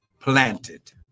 planted